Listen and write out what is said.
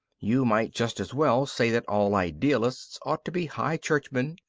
you might just as well say that all idealists ought to be high churchmen,